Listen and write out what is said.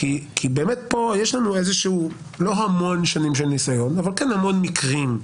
- כי באמת כאן יש לנו לא המון שנים של ניסיון אבל כן המון מקרים.